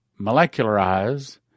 molecularize